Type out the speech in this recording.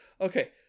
Okay